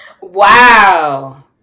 Wow